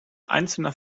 einzelner